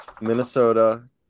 Minnesota